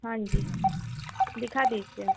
हाँजी हाँ दिखा दीजिए